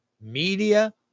media